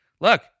look